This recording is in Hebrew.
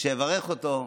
שאברך אותו,